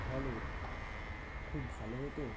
তাহলে খুব ভালো হতো